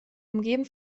umgeben